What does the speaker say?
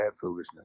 foolishness